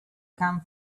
come